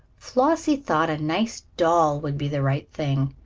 flossie thought a nice doll would be the right thing,